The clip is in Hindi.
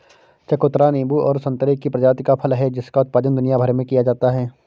चकोतरा नींबू और संतरे की प्रजाति का फल है जिसका उत्पादन दुनिया भर में किया जाता है